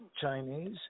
Chinese